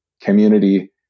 community